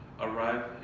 arrive